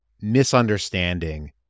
misunderstanding